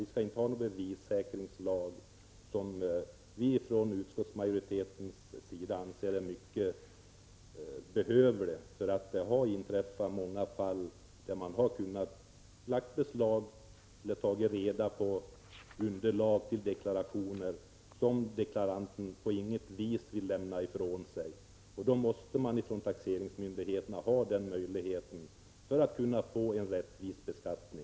Vi skall inte ha en bevissäkringslag, som utskottsmajoriteten anser är mycket behövlig. Det har förekommit fall där taxeringsmyndigheterna har kunnat ta fram underlag till deklarationer, som deklaranten på intet vis velat lämna ifrån sig. Den möjligheten måste taxeringsmyndigheterna ha för att kunna åstadkomma en rättvis beskattning.